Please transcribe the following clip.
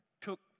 took